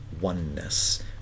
oneness